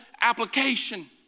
application